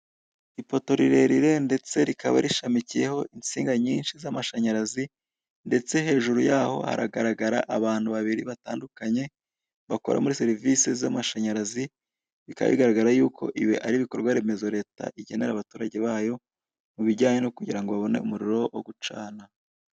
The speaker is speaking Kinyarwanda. Ipoto rirerire ndetse rikaba rishamikiyeho insinga nyinshi z'amashanyarazi ndetse hejuru yaho haragaragara abantu babiri batandukanye bakora muri serivise z'amashanyarazi bikaba bigaragara yuko ibi ari ibikorwaremezo leta igenera abaturage bayo mu bijyanye no kugira ngo babone umuriro wo gucana.